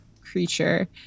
creature